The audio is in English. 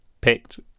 picked